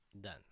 Done